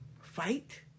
fight